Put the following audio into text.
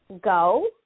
go